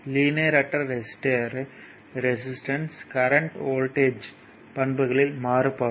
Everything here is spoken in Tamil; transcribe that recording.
லீனியர் அற்ற ரெசிஸ்டர்யின் ரெசிஸ்டன்ஸ் கரண்ட் வோல்ட்டேஜ் பண்புகளில் மாறுபடும்